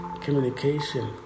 communication